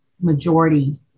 majority